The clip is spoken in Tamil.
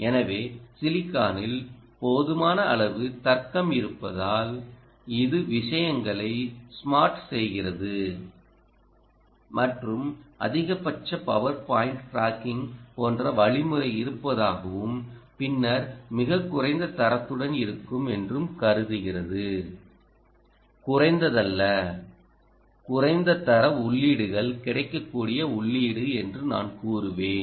எனவே சிலிக்கானில் போதுமான அளவு தர்க்கம் இருப்பதால் இது விஷயங்களை ஸ்மார்ட் செய்கிறது மற்றும் அதிகபட்ச பவர் பாயிண்ட் டிராக்கிங் போன்ற வழிமுறை இருப்பதாகவும் பின்னர் மிகக் குறைந்த தரத்துடன் இருக்கும் என்றும் கருதுகிறது குறைந்ததல்ல குறைந்த தர உள்ளீடுகள் கிடைக்கக்கூடிய உள்ளீடு என்று நான் கூறுவேன்